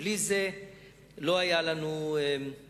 ובלי זה לא היה לנו קיום,